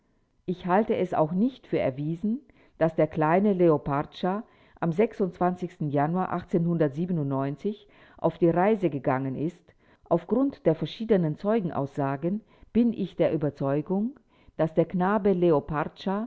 ich halte es auch nicht für erwiesen daß der kleine leo parcza am januar auf die reise gegangen ist auf grund der verschiedenen zeugenaussagen bin ich der überzeugung daß der knabe